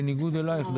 בניגוד אלייך,